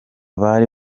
bari